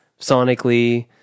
Sonically